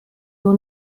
nur